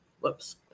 whoops